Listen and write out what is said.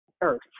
earth